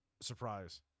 surprise